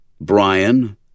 Brian